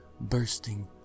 bursting